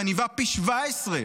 מניבה פי 17,